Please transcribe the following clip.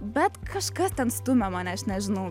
bet kažkas ten stumia mane aš nežinau